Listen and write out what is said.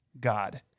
God